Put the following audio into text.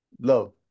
Love